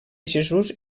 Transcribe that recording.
jesús